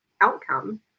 outcome